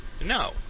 no